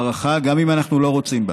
למערכה, גם אם אנחנו לא רוצים בה.